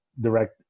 direct